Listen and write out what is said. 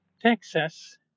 Texas